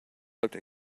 looked